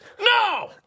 No